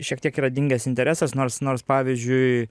šiek tiek yra dingęs interesas nors nors pavyzdžiui